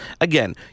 again